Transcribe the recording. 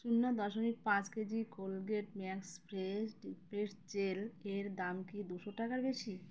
শূন্য দশমিক পাঁচ kg Colgate Max Fresh toothpaste gel এর দাম কি দুশো টাকার বেশি